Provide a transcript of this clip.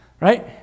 Right